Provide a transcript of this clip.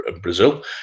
Brazil